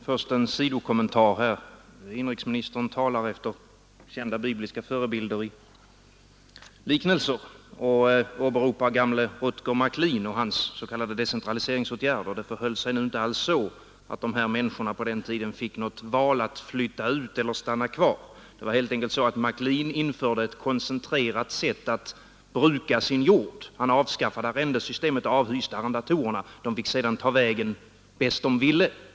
Herr talman! Först en sidokommentar. Inrikesministern talar efter kända bibliska förebilder i liknelser och åberopar gamle Rutger Maclean och dennes s.k. decentraliseringsåtgärder. Det förhöll sig nu inte alls så att de där människorna på den tiden fick något val mellan att flytta ut eller stanna kvar. Det var helt enkelt så att Maclean införde ett koncentrerat sätt att bruka sin jord. Han avskaffade arrendesystemet och avhyste arrendatorerna. De fick sedan ta vägen vart de ville.